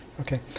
Okay